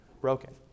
broken